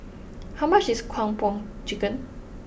how much is Kung Po Chicken